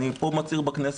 אני פה מצהיר בכנסת,